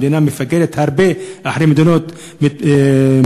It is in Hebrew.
המדינה מפגרת הרבה אחרי מדינות מפותחות,